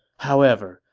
however,